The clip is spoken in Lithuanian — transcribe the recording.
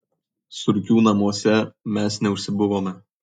surkių namuose mes neužsibuvome